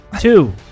Two